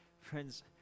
friends